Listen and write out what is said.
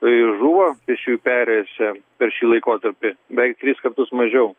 ir žuvo pėsčiųjų perėjose per šį laikotarpį bent tris kartus mažiau